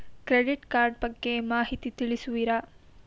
Credit card ಬಗ್ಗೆ ಮಾಹಿತಿ ತಿಳಿಸುವಿರಾ?